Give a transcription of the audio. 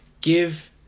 Give